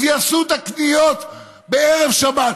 אז יעשו את הקניות בערב שבת,